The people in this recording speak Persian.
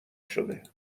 شده